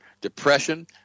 depression